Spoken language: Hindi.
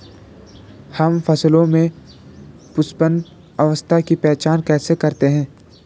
हम फसलों में पुष्पन अवस्था की पहचान कैसे करते हैं?